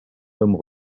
hommes